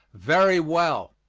very well.